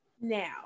Now